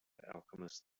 alchemist